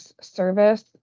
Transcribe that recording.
service